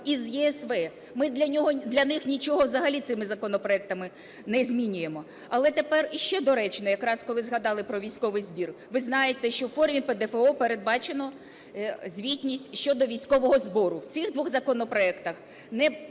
і з ЄСВ. Ми для них нічого взагалі цими законопроектами не змінюємо. Але тепер іще доречно, якраз коли згадали про військовий збір. Ви знаєте, що у формі ПДФО передбачено звітність щодо військового збору. В цих двох законопроектах ні